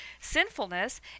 sinfulness